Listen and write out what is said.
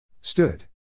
Stood